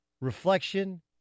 reflection